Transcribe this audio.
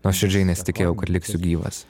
nuoširdžiai nesitikėjau kad liksiu gyvas